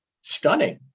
stunning